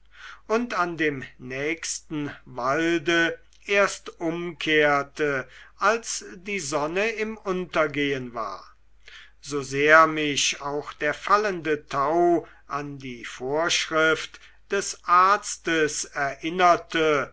und an dem nächsten walde erst umkehrte als die sonne im untergehen war so sehr mich auch der fallende tau an die vorschrift des arztes erinnerte